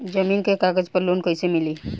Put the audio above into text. जमीन के कागज पर लोन कइसे मिली?